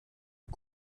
und